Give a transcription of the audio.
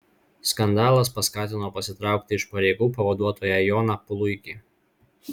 skandalas paskatino pasitraukti iš pareigų pavaduotoją joną puluikį